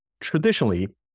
Traditionally